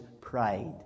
pride